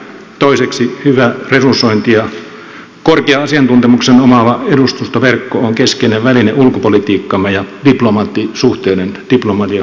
toiseksi hyvä resursointi ja korkean asiantuntemuksen omaava edustustoverkko ovat keskeinen väline ulkopolitiikkamme ja diplomaattisuhteiden diplomatian hoitamisessa